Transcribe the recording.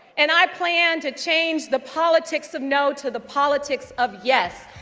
and i plan to change the politics of no to the politics of yes.